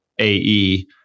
AE